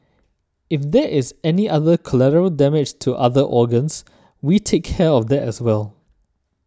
if there is any other collateral damage to other organs we take care of that as well